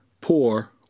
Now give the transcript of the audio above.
poor